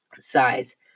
Size